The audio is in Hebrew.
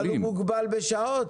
אבל הוא מוגבל בשעות.